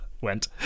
went